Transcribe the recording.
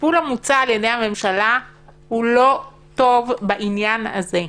הטיפול המוצע על ידי הממשלה הוא לא טוב בעניין הזה.